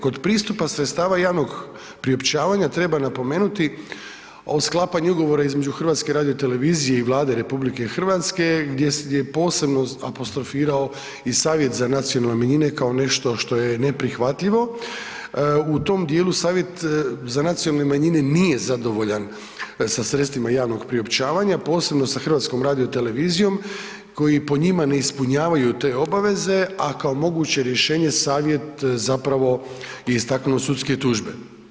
Kod pristupa sredstava javnog priopćavanja, treba napomenuti, o sklapanju ugovora između HRT-a i Vlade RH gdje je posebno apostrofirao i Savjet za nacionalne manjine, kao nešto što je neprihvatljivo, u tom dijelu Savjet za nacionalne manjine nije zadovoljan sa sredstvima javnog priopćavanja, posebno sa HRT-om koji po njima ne ispunjavaju te obaveze, a kao moguće rješenje Savjet zapravo je istaknuo sudske tužbe.